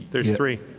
there's three?